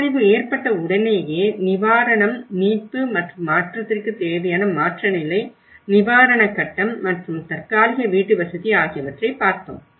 பேரழிவு ஏற்பட்ட உடனேயே நிவாரணம் மீட்பு மற்றும் மாற்றத்திற்கு தேவையான மாற்ற நிலை நிவாரண கட்டம் மற்றும் தற்காலிக வீட்டுவசதி ஆகியவற்றை பார்த்தோம்